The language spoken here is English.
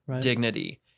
Dignity